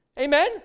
Amen